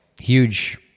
huge